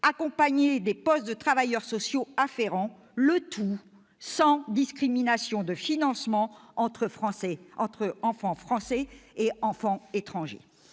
accompagné des postes de travailleurs sociaux afférents, le tout sans discrimination en matière de financement entre enfants français et étrangers.